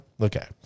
okay